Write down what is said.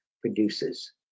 produces